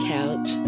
Couch